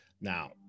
now